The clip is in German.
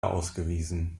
ausgewiesen